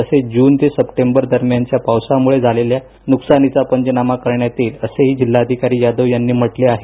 तसेच जून ते सप्टेंबर दरम्यानच्या पावसामुळे झालेल्या नुकसानीचा पंचनामा करण्यात येईल असेही जिल्हाधिकारी यादव यांनी म्हटले आहे